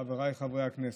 חבריי חברי הכנסת,